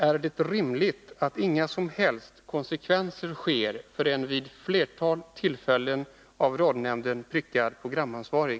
Är det rimligt att det inte blir några som helst konsekvenser för en vid flertalet tillfällen av radionämnden prickad programansvarig?